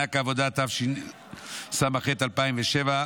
(מענק עבודה), התשס"ח 2007,